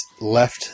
left